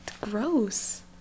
gross